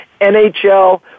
NHL